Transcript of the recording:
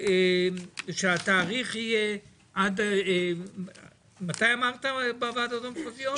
שהתאריך יהיה עד מתי אמרת בוועדות המחוזיות?